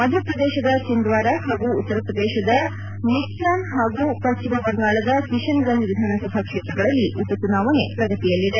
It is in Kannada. ಮಧ್ಯಪ್ರದೇಶದ ಚಿಂದ್ವಾರ ಹಾಗೂ ಉತ್ತರ ಪ್ರದೇಶದ ನಿಗ್ಸಾನ್ ಹಾಗೂ ಪಶ್ಚಿಮಬಂಗಾಳದ ಕಿಶನ್ಗಂಜ್ ವಿಧಾನಸಭಾ ಕ್ಷೇತ್ರಗಳಲ್ಲಿ ಉಪಚುನಾವಣೆ ಪ್ರಗತಿಯಲ್ಲಿದೆ